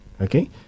okay